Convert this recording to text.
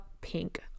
pink